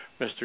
Mr